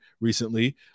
recently